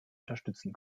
unterstützen